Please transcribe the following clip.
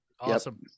Awesome